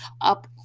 up